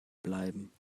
bleiben